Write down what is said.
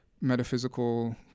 metaphysical